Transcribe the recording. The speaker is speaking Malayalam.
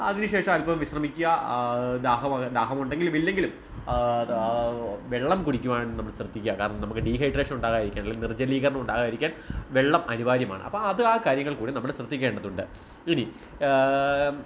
അതിനുശേഷം അൽപം വിശ്രമിക്കുക ദാഹം ദാഹം ഉണ്ടെങ്കിലും ഇല്ലെങ്കിലും വെള്ളം കുടിക്കുവാൻ നമ്മൾ ശ്രദ്ധിക്കാ കാരണം നമുക്ക് ഡീഹൈഡ്രേഷൻ ഉണ്ടാകാതിരിക്കാൻ അല്ലെങ്കിൽ നീർജലീകരണം ഉണ്ടാകാതിരിക്കാൻ വെള്ളം അനിവാര്യമാണ് അപ്പം അത് ആ കാര്യങ്ങൾ കൂടി നമ്മൾ ശ്രദ്ധിക്കേണ്ടതുണ്ട് ഇനി